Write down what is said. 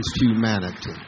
humanity